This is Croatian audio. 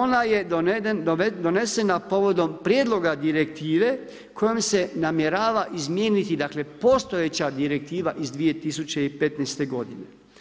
ona je donesena povodom prijedloga direktive kojom se namjerava izmijeniti postojeća direktiva iz 2015. godine.